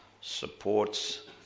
supports